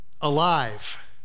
alive